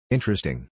Interesting